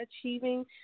achieving